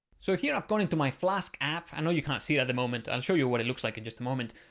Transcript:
so here i've gone into my flask app i know you can't see it at the moment i'll show you what it looks like in just a moment,